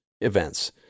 events